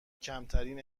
کمترین